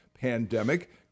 pandemic